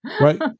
Right